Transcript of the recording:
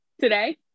Today